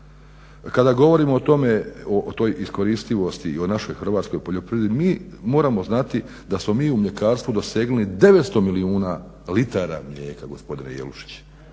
Kada govorimo o tome, o toj iskoristivosti i o našoj hrvatskoj poljoprivredi mi moramo znati da smo mi u mljekarstvu dosegnuli 900 milijuna litara mlijeka, gospodine Jelušić.